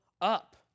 up